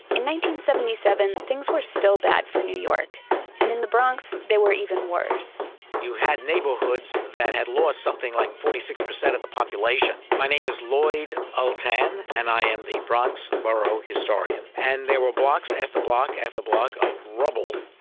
seventy seven, things were still bad for new york and in the bronx, they were even worse you had neighborhoods that had lost something like forty six percent of the population. my name is lloyd ultan and i am the bronx borough historian. and there were blocks after block after block of rubble,